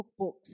cookbooks